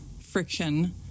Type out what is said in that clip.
friction